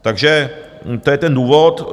Takže to je ten důvod.